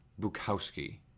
Bukowski